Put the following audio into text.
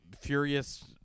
furious